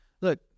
Look